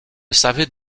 savaient